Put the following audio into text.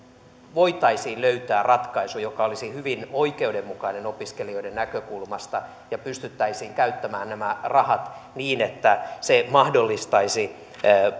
voitaisiin löytää ratkaisu joka olisi hyvin oikeudenmukainen opiskelijoiden näkökulmasta ja pystyttäisiin käyttämään nämä rahat niin että se mahdollistaisi